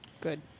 good